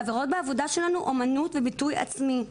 ורואות בעבודה שלנו אומנות וביטוי עצמי.